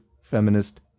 feminist